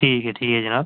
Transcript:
ठीक ऐ ठीक ऐ जनाब